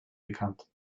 bekannt